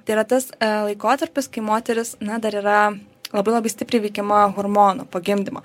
tai yra tas laikotarpis kai moteris na dar yra labai labai stipriai veikiama hormonų po gimdymo